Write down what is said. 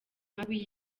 mabi